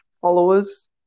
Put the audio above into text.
followers